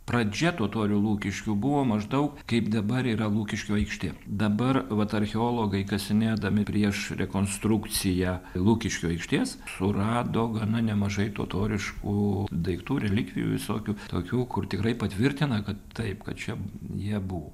pradžia totorių lukiškių buvo maždaug kaip dabar yra lukiškių aikštė dabar vat archeologai kasinėdami prieš rekonstrukciją lukiškių aikštės surado gana nemažai totoriškų daiktų relikvijų visokių tokių kur tikrai patvirtina kad taip kad čia jie buvo